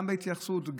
גם בהתייחסות,